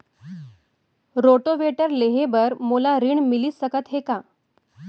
Rotavator लेहे बर मोला ऋण मिलिस सकत हे का?